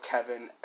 Kevin